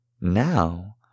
now